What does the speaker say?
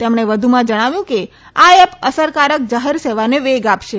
તેમણે વધુમાં કહ્યું કે આ એપ અસરકારક જાહેર સેવાને વેગ આપશે